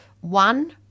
one